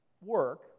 work